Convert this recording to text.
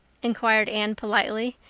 inquired anne politely,